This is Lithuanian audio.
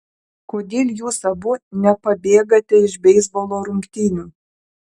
kodėl jūs abu nepabėgate iš beisbolo rungtynių